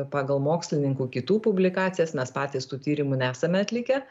pagal mokslininkų kitų publikacijas mes patys tų tyrimų nesame atlikę